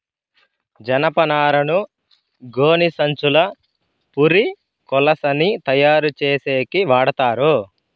జనపనారను గోనిసంచులు, పురికొసలని తయారు చేసేకి వాడతారు